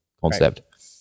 concept